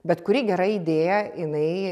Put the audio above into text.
bet kuri gera idėja jinai